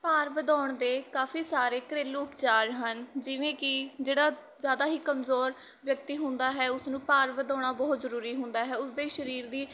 ਭਾਰ ਵਧਾਉਣ ਦੇ ਕਾਫੀ ਸਾਰੇ ਘਰੇਲੂ ਉਪਚਾਰ ਹਨ ਜਿਵੇਂ ਕਿ ਜਿਹੜਾ ਜ਼ਿਆਦਾ ਹੀ ਕਮਜ਼ੋਰ ਵਿਅਕਤੀ ਹੁੰਦਾ ਹੈ ਉਸਨੂੰ ਭਾਰ ਵਧਾਉਣਾ ਬਹੁਤ ਜ਼ਰੂਰੀ ਹੁੰਦਾ ਹੈ ਉਸਦੇ ਸਰੀਰ ਦੀ